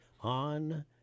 on